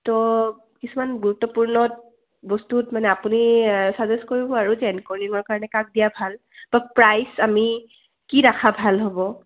তো কিছুমান গুৰুত্বপূৰ্ণ বস্তুত মানে আপুনি চাজেষ্ট কৰিব আৰু যেনে এংকৰিঙৰ কাৰণে কাক দিয়া ভাল বা প্ৰাইজ আমি কি ৰাখা ভাল হ'ব